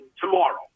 tomorrow